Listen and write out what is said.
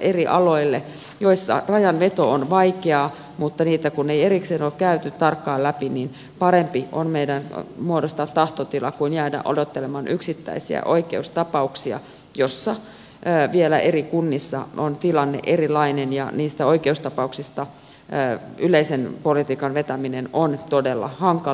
eri aloilla joilla rajanveto on vaikeaa mutta niitä kun ei erikseen ole käyty tarkkaan läpi niin parempi on meidän muodostaa tahtotila kuin jäädä odottelemaan yksittäisiä oikeustapauksia joissa vielä eri kunnissa on tilanne erilainen ja niistä oikeustapauksista yleisen politiikan vetäminen on todella hankalaa niin kuin tiedetään